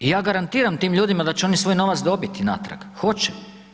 I ja garantiram tim ljudima da će oni svoj novac dobiti natrag, hoće.